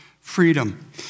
freedom